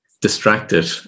distracted